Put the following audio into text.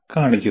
കാണിക്കുന്നു